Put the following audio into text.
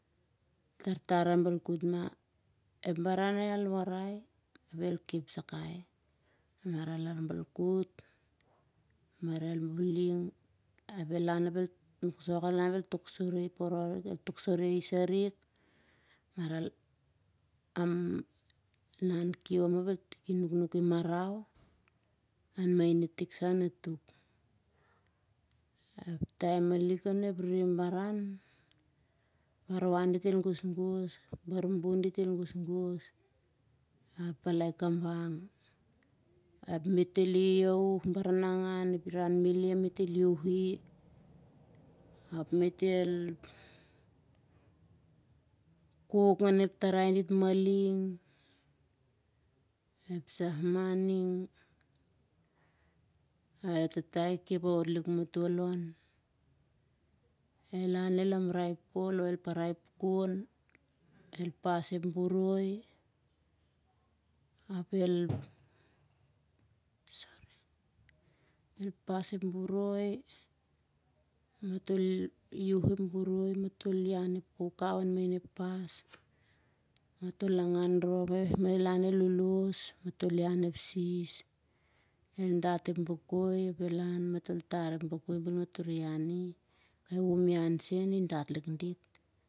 Tartar abal kut mah. Ep baran nah ial warai ap el kep sakai. maral abalkut maral inan kiom tikin nuknukin marau, an main itik sah a natuk. Ep taem malik on ep rere baran dit el gosgos. A palakabang ap met el iaiauh baranangan. Ep tarai dit maling. Ep sah mah ning. el han el hamarai pol parai ep kon el pas ep boro ap matol iauh ep boroi. Matol ian ep kaukau an main ep pas. Matol angan rop ap el han el lolosh met el ian ep sis. el dat bakoi matoh tari bel matoh re ian i kaiumian sen.